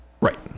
Right